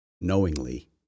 knowingly